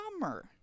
summer